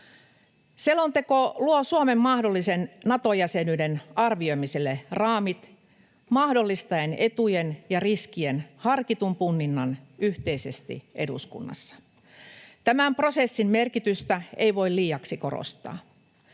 Selonteko luo Suomen mahdollisen Nato-jäsenyyden arvioimiselle raamit, mahdollistaen etujen ja riskien harkitun punninnan yhteisesti eduskunnassa. Tämän prosessin merkitystä ei voi liiaksi korostaa.